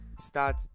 start